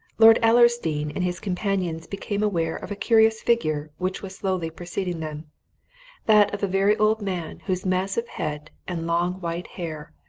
lord ellersdeane and his companions became aware of a curious figure which was slowly preceding them that of a very old man whose massive head and long white hair,